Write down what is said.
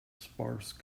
sparse